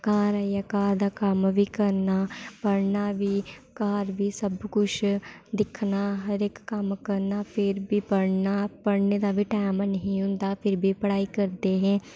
घर आइयै घर दा कम्म बी करना पढ़ना बी घर बी सब कुछ दिक्खना हर इक कम्म करना फिर बी पढ़ना पढ़ने दा बी टैम हैनी ही होंदा फिर बी पढ़ाई करदे हे